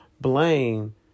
blame